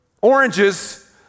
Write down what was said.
oranges